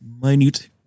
minute